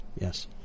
Yes